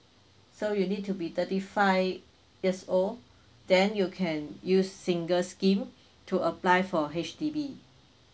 so you need to be thirty five years old then you can use single scheme to apply for H_D_B